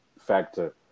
factor